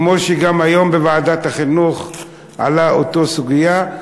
כמו שגם היום בוועדת החינוך עלתה אותה סוגיה,